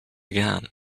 vegan